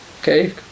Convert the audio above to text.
okay